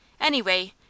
Anyway